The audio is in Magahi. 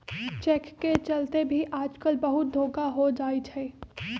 चेक के चलते भी आजकल बहुते धोखा हो जाई छई